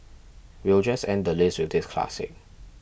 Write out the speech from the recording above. we'll just end the list with this classic